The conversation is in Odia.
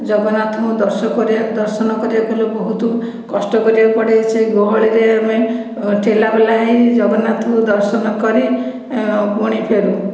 ଜଗନ୍ନାଥଙ୍କୁ କରିବା ଦର୍ଶନ କରିବାକୁ ହେଲେ ବହୁତ କଷ୍ଟ କରିବାକୁ ପଡ଼େ ସେ ଗହଳିରେ ଆମେ ଠେଲାପେଲା ହୋଇ ଜଗନ୍ନାଥଙ୍କୁ ଦର୍ଶନ କରି ପୁଣି ଫେରୁ